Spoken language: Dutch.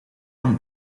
aan